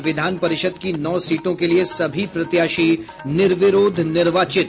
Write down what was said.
और विधान परिषद् के नौ सीटों के लिए सभी प्रत्याशी निर्विरोध निर्वाचित